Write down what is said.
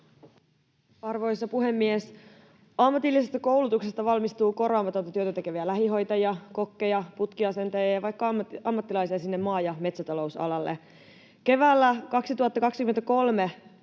Arvoisa puhemies! Ammatillisesta koulutuksesta valmistuu korvaamatonta työtä tekeviä lähihoitajia, kokkeja, putkiasentajia ja vaikka ammattilaisia sinne maa- ja metsätalousalalle. Keväällä 2023